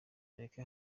mureke